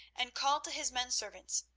and called to his men-servants,